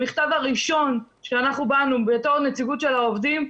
המכתב הראשון שאנחנו באנו בתור נציגות של העובדים,